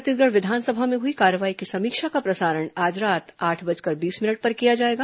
छत्तीसगढ़ विधानसभा में आज हुई कार्यवाही की समीक्षा का प्रसारण रात आठ बजकर बीस मिनट पर किया जाएगा